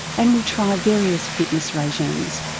and we try various fitness regimes,